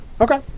Okay